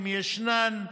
אם ישנן,